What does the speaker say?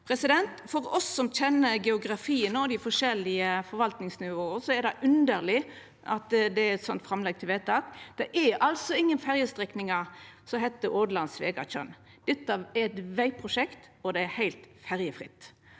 E39. For oss som kjenner geografien og dei forskjellige forvaltingsnivåa, er det underleg med eit slikt framlegg til vedtak. Det er altså ingen ferjestrekningar som heiter Ådland–Svegatjørn. Dette er eit vegprosjekt, og det er heilt ferjefritt.